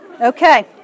Okay